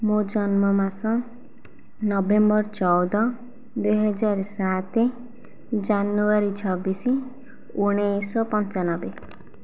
ମୋ' ଜନ୍ମ ମାସ ନଭେମ୍ବର ଚଉଦ ଦୁଇହଜାର ସାତ ଜାନୁୟାରୀ ଛବିଶି ଉଣେଇଶ ପଞ୍ଚାନବେ